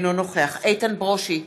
אינו נוכח איתן ברושי,